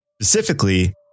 specifically